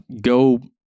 go